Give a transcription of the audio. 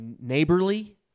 neighborly